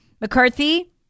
McCarthy